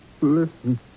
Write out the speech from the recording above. Listen